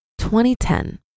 2010